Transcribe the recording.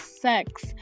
sex